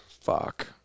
Fuck